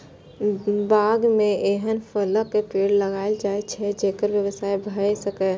बाग मे एहन फलक पेड़ लगाएल जाए छै, जेकर व्यवसाय भए सकय